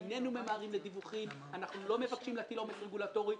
איננו ממהרים לדיווחים ואנחנו לא מבקשים להטיל עומס רגולטורי,